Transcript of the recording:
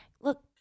Look